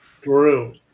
Drew